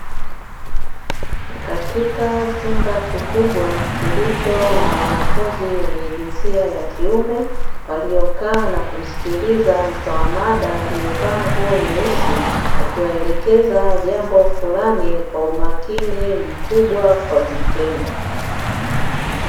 Katika chumba kikubwa, kilicho na wanafunzi wenye jinsia ya kiume waliokaa na kumsikiliza mtoa mada aliyevaa nguo nyeusi, akiwaelekeza jambo fulani kwa umakini mkubwa kwa vitendo.